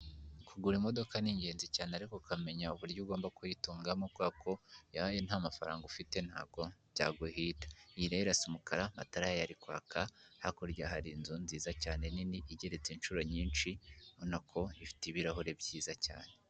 Kugura imodoka ni ingenzi cyane ariko ukamenya uburyo ugomba kuyitungamo, kubera ko iyo ari nta mafaranga ufite ntabwo byaguhira, iyi rero irasa umukara amatara yayo ari kwaka hakurya hari inzu nziza cyane nini igeretse inshuro nyinshi, ubona ko ifite ibirahure byiza cyane.